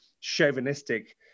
Chauvinistic